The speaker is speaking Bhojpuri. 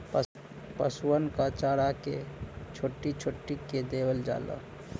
पसुअन क चारा के छोट्टी छोट्टी कै देवल जाला